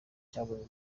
cyabonye